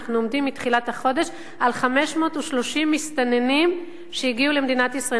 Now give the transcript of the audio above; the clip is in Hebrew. אנחנו עומדים מתחילת החודש על 530 מסתננים שהגיעו למדינת ישראל,